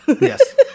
Yes